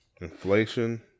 inflation